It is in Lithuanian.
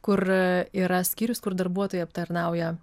kur yra skyrius kur darbuotojai aptarnauja